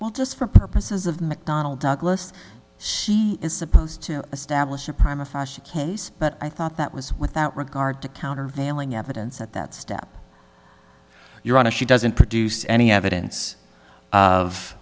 well just for purposes of mcdonnell douglas is supposed to establish a primer but i thought that was without regard to countervailing evidence at that step you're on a she doesn't produce any evidence